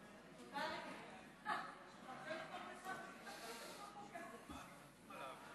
הדברים כפי שהציגה חברת הכנסת מירב בן ארי